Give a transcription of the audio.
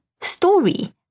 story